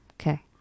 Okay